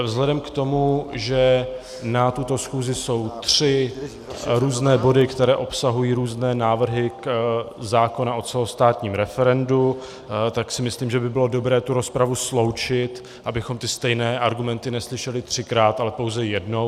Vzhledem k tomu, že na tuto schůzi jsou zařazeny tři různé body, které obsahují různé návrhy zákona o celostátním referendu, tak si myslím, že by bylo dobré tu rozpravu sloučit, abychom ty stejné argumenty neslyšeli třikrát, ale pouze jednou.